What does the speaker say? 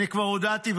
אני כבר הודעתי,